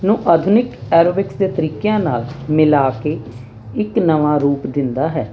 ਨੂੰ ਆਧੁਨਿਕ ਐਰੋਬਿਕਸ ਦੇ ਤਰੀਕਿਆਂ ਨਾਲ ਮਿਲਾ ਕੇ ਇੱਕ ਨਵਾਂ ਰੂਪ ਦਿੰਦਾ ਹੈ